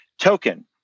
token